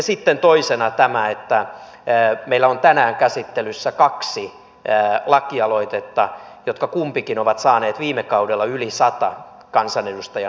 sitten toisena tämä että meillä on tänään käsittelyssä kaksi lakialoitetta joista kumpikin ovat saaneet viime kaudella yli sadan kansanedustajan allekirjoituksen